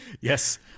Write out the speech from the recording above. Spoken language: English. Yes